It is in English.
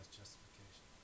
justification